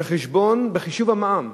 בחשבון בחישוב המע"מ.